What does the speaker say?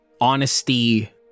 honesty